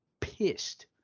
pissed